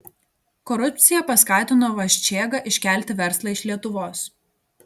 korupcija paskatino vaščėgą iškelti verslą iš lietuvos